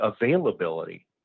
availability